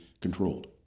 controlled